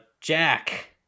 Jack